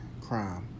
crime